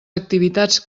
activitats